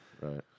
right